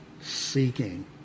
seeking